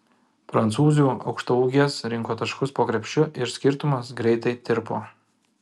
prancūzių aukštaūgės rinko taškus po krepšiu ir skirtumas greitai tirpo